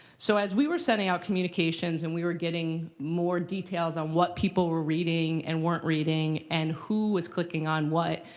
so as we were sending out communications and we were getting more details on what people were reading and weren't reading, and who was clicking on what,